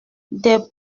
des